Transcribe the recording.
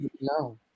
no